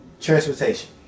Transportation